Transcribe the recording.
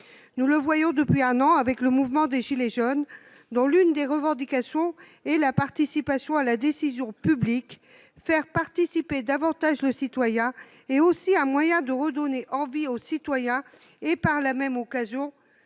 Nous le voyons depuis un an avec le mouvement des « gilets jaunes », dont l'une des revendications est la participation à la décision publique. Faire participer davantage le citoyen est aussi un moyen de lui redonner envie et, par la même occasion,